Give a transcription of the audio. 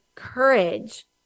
courage